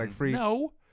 No